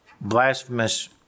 blasphemous